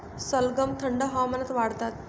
सलगम थंड हवामानात वाढतात